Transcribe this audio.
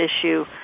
issue